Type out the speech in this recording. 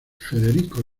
federico